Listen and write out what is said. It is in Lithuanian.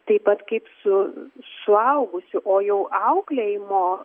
taip pat kaip su suaugusiu o jau auklėjimo